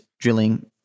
drilling